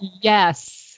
Yes